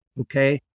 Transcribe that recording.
okay